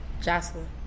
Jocelyn